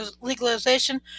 legalization